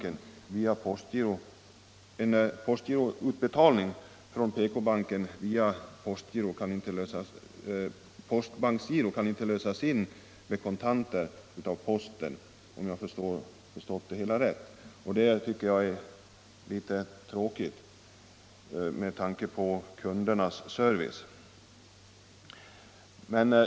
Ett utbetalningskort från PK-banken via bankgiro kan, om jag förstått det hela rätt, inte lösas med kontanter av posten, och det tycker jag är tråkigt med tanke på servicen till kunderna.